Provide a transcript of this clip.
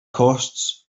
costs